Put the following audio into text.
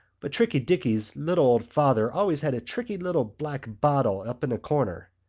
but tricky dicky's little old father always had a tricky little black bottle up in a corner.